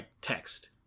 text